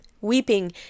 Weeping